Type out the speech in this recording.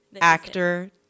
Actor